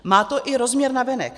Má to i rozměr navenek.